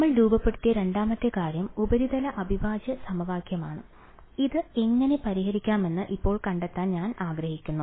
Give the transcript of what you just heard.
നമ്മൾ രൂപപ്പെടുത്തിയ രണ്ടാമത്തെ കാര്യം ഉപരിതല അവിഭാജ്യ സമവാക്യമാണ് ഇത് എങ്ങനെ പരിഹരിക്കാമെന്ന് ഇപ്പോൾ കണ്ടെത്താൻ നമ്മൾ ആഗ്രഹിക്കുന്നു